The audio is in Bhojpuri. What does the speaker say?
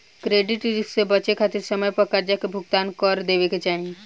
क्रेडिट रिस्क से बचे खातिर समय पर करजा के भुगतान कर देवे के चाही